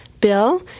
Bill